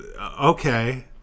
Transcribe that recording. okay